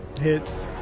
Hits